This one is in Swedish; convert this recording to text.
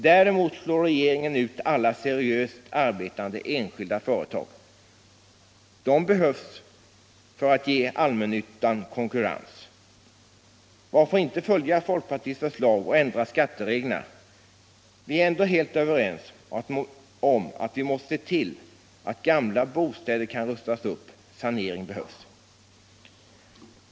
Däremot slår regeringen ut alla seriöst arbetande enskilda företag. De behövs för att ge de allmännyttiga konkurrens. Varför inte följa folkpartiets förslag och ändra skattereglerna? Vi är ändå helt överens om att vi måste se till att gamla bostäder kan rustas upp. Sanering behövs.